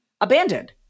abandoned